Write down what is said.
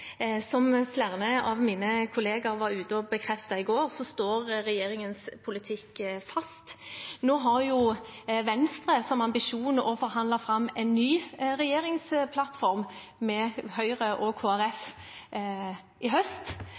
Som flere av mine kollegaer bekreftet i går, står regjeringens politikk fast. Nå har Venstre som ambisjon å forhandle fram en ny regjeringsplattform med Høyre og Kristelig Folkeparti i høst,